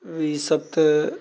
ईसभ तऽ